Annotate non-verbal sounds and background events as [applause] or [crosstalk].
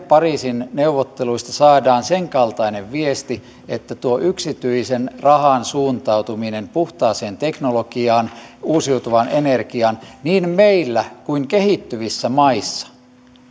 [unintelligible] pariisin neuvotteluista saadaan sen kaltainen viesti että tuo yksityisen rahan suuntautuminen puhtaaseen teknologiaan uusiutuvaan energiaan niin meillä kuin kehittyvissä maissa